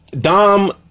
Dom